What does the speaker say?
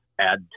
add